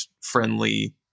friendly